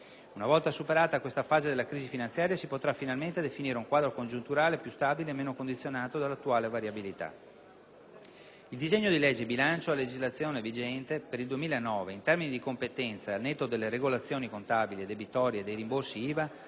Una volta superata questa fase della crisi finanziaria, si potrà finalmente definire un quadro congiunturale più stabile e meno condizionato dall'attuale variabilità. Il disegno di legge di bilancio a legislazione vigente per il 2009, in termini di competenza e al netto delle regolazioni contabili e debitorie e dei rimborsi IVA,